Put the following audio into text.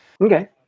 Okay